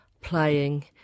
playing